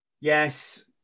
Yes